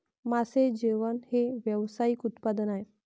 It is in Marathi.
मासे जेवण हे व्यावसायिक उत्पादन आहे